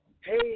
hey